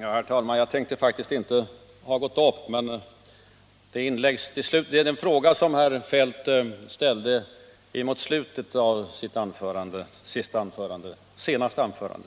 Herr talman! Jag tänkte faktiskt inte gå upp igen, men den fråga som herr Feldt ställde mot slutet av sitt senaste anförande